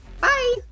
Bye